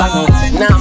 Now